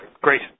Great